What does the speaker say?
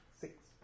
six